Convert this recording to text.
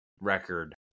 record